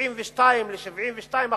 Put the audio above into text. מ-72% ל-72%,